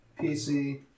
PC